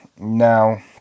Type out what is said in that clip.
Now